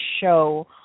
show